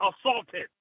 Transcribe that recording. assaulted